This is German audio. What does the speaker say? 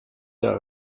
der